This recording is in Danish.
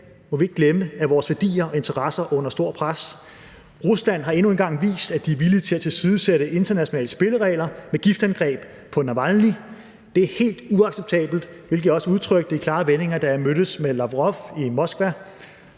må vi ikke glemme at vores værdier og interesser er under stort pres. Rusland har med giftangrebet på Navalny endnu en gang vist, at de er villige til at tilsidesætte internationale spilleregler. Det er helt uacceptabelt, hvilket jeg også udtrykte i klare vendinger, da jeg mødtes med Lavrov i Moskva.